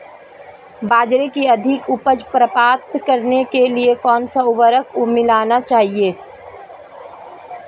बाजरे की अधिक उपज प्राप्त करने के लिए कौनसा उर्वरक मिलाना चाहिए?